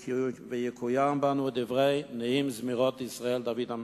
ויקוים בנו דברי נעים זמירות ישראל דוד המלך: